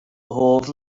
hoff